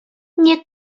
nie